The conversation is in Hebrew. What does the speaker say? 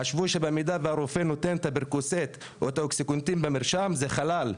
הם חשבו שבמידה והרופא נותן פרקוסט או אוקסיקונטין במרשם זה ח'לאל,